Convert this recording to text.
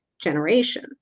generation